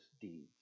deeds